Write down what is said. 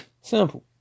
Simple